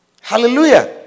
Hallelujah